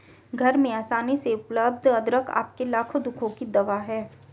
घर में आसानी से उपलब्ध अदरक आपके लाखों दुखों की दवा है